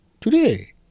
Today